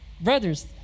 Brothers